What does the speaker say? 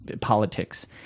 politics